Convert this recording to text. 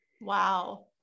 Wow